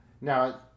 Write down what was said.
Now